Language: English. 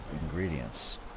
ingredients